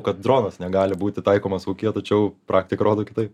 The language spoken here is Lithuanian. kad dronas negali būti taikomas ūkyje tačiau praktika rodo kitaip